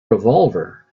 revolver